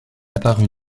apparut